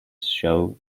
show